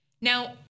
Now